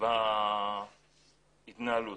בהתנהלות